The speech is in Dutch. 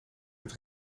het